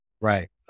Right